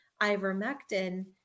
ivermectin